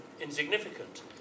insignificant